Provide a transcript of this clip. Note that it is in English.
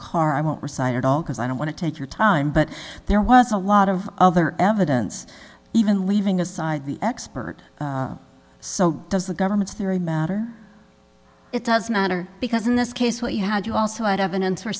all because i don't want to take your time but there was a lot of other evidence even leaving aside the expert so does the government's theory matter it does matter because in this case what you had you also had evidence or